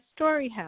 StoryHouse